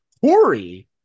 Corey